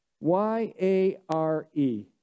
Y-A-R-E